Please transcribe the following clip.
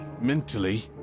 mentally